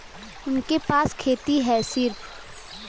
उनके पास खेती हैं सिर्फ